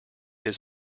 his